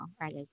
Right